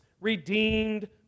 redeemed